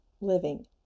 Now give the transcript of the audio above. living